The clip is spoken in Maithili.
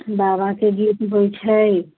बाबाके गीत होइ छै